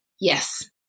Yes